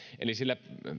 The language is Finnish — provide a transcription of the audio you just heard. eli sillä